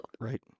Right